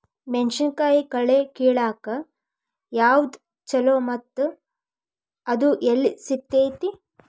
ಮೆಣಸಿನಕಾಯಿ ಕಳೆ ಕಿಳಾಕ್ ಯಾವ್ದು ಛಲೋ ಮತ್ತು ಅದು ಎಲ್ಲಿ ಸಿಗತೇತಿ?